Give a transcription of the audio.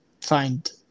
find